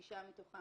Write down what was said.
169 מתוכם